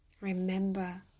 Remember